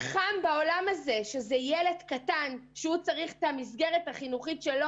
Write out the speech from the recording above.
חם בעולם הזה שזה ילד קטן שצריך את המסגרת החינוכית שלו.